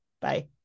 Bye